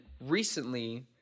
recently